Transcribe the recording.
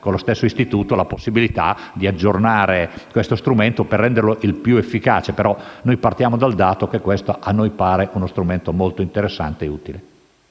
con lo stesso Istituto la possibilità di aggiornare questo strumento per renderlo più efficace. Tuttavia, partiamo dal dato che a noi questo pare uno strumento molto interessante e utile.